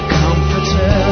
comforter